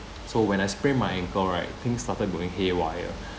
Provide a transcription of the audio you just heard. so when I sprained my ankle right things started going haywire